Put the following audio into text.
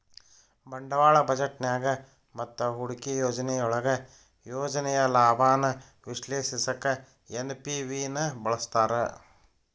ಬಂಡವಾಳ ಬಜೆಟ್ನ್ಯಾಗ ಮತ್ತ ಹೂಡಿಕೆ ಯೋಜನೆಯೊಳಗ ಯೋಜನೆಯ ಲಾಭಾನ ವಿಶ್ಲೇಷಿಸಕ ಎನ್.ಪಿ.ವಿ ನ ಬಳಸ್ತಾರ